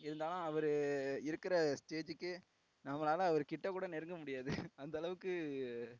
இருந்தாலும் அவரு இருக்கிற ஸ்டேஜுக்கு நம்மளால் அவர் கிட்ட கூட நெருங்க முடியாது அந்தளவுக்கு